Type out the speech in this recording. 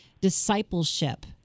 discipleship